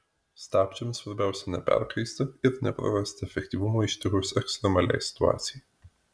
stabdžiams svarbiausia neperkaisti ir neprarasti efektyvumo ištikus ekstremaliai situacijai